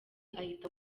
ahita